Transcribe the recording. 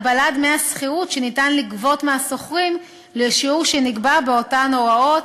הגבלת דמי השכירות שניתן לגבות מהשוכרים לשיעור שנקבע באותן הוראות,